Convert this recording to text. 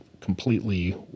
completely